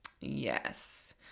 Yes